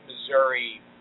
Missouri